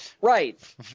Right